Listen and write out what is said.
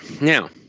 Now